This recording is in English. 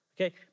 okay